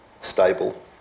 stable